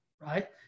right